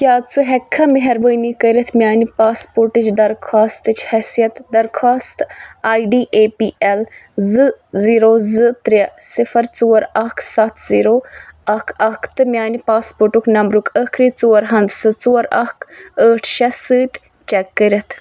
کیٛاہ ژٕ ہیٚکٕکھا مہربٲنی کٔرتھ میٛانہِ پاسپورٹٕچ درخاستٕچ حیثیت درخواست I D A P L زٕ زیٖرَو زٕ ترٛےٚ صِفَر ژور اَکھ سَتھ زیٖرَو اَکھ اَکھ تہٕ میٛانہ پاسپورٹُک نمبرُک ٲخٕری ژور ہندسہٕ ژور اَکھ ٲٹھ شےٚ سۭتۍ چیک کٔرتھ